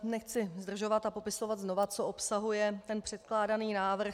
Nechci zdržovat a popisovat znovu, co obsahuje předkládaný návrh.